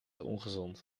ongezond